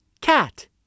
cat